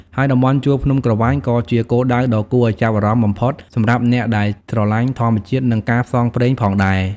ហើយតំបន់ជួរភ្នំក្រវាញក៏ជាគោលដៅដ៏គួរឲ្យចាប់អារម្មណ៍បំផុតសម្រាប់អ្នកដែលស្រឡាញ់ធម្មជាតិ និងការផ្សងព្រេងផងដែរ។